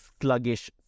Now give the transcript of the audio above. sluggish